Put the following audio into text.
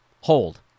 Hold